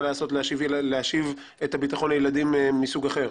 להיעשות להשיב את הביטחון לילדים מסוג אחר?